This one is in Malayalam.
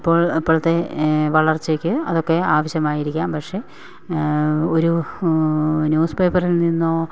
ഇപ്പോൾ ഇപ്പോഴത്തെ വളർച്ചയ്ക്ക് അതൊക്കെ ആവശ്യമായിരിക്കാം പക്ഷെ ഒരു ന്യൂസ്പേപ്പറിൽ നിന്നോ